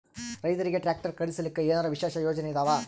ರೈತರಿಗೆ ಟ್ರಾಕ್ಟರ್ ಖರೀದಿಸಲಿಕ್ಕ ಏನರ ವಿಶೇಷ ಯೋಜನೆ ಇದಾವ?